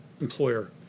employer